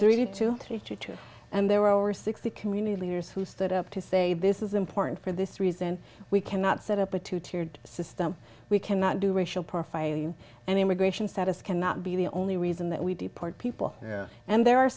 three two three two two and there were over sixty community leaders who stood up to say this is important for this reason we cannot set up a two tiered system we cannot do racial profiling and immigration status cannot be the only reason that we deport people and there are